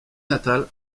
natal